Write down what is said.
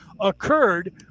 occurred